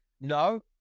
No